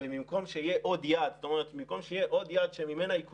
ובמקום שתהיה עוד יד ממנה היא קונה,